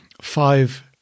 five